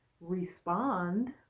respond